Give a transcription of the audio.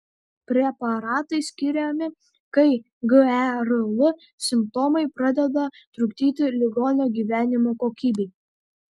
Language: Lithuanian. preparatai skiriami kai gerl simptomai pradeda trukdyti ligonio gyvenimo kokybei